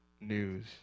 news